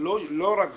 לא רק זה.